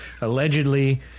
allegedly